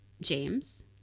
james